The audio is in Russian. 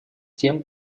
тем